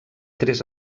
tres